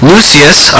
Lucius